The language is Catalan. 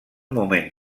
moment